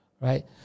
right